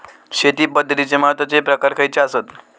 शेती पद्धतीचे महत्वाचे प्रकार खयचे आसत?